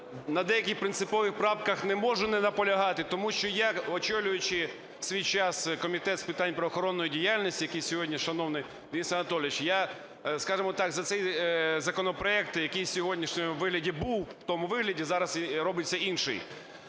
на деяких принципових правках не можу не наполягати, тому що я, очолюючи в свій час Комітет з питань правоохоронної діяльності, який сьогодні – шановний Денис Анатолійович, я, скажімо так, за цей законопроект, який в сьогоднішньому вигляді був в тому вигляді, зараз робиться інший,